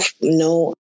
no